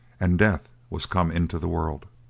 and death was come into the world.